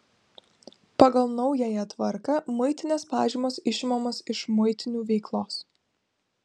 pagal naująją tvarką muitinės pažymos išimamos iš muitinių veiklos